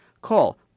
Call